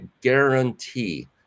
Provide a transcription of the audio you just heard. guarantee